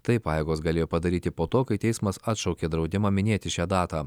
tai pajėgos galėjo padaryti po to kai teismas atšaukė draudimą minėti šią datą